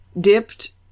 dipped